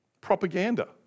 propaganda